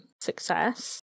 success